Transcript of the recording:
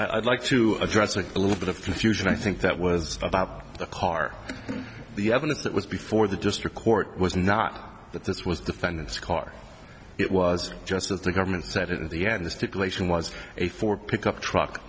e i'd like to address a little bit of confusion i think that was about the car the evidence that was before the district court was not that this was defendant's car it was just that the government said in the end the stipulation was a ford pickup truck